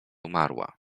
umarła